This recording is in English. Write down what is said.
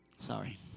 Sorry